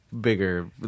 bigger